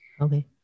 Okay